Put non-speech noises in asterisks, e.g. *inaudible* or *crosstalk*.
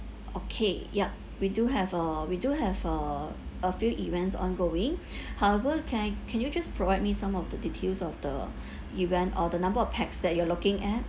okay yup we do have uh we do have uh a few events ongoing *breath* however can can you just provide me some of the details of the event or the number of pax that you are looking at